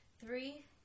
Three